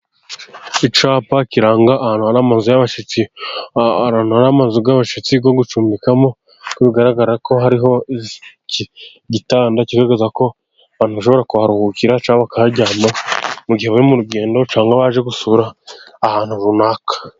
Icyapa kiranga ahantu hari amazu y'abashyitsi yogucumbikamo, bigaragara ko hariho n'igitanda kigaragaza ko abantu bashobora kuharuhukira cyangwa bakaharyama , mugihe bari m'urugendo cyangwawajye gusura ahantu runaka.